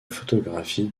photographie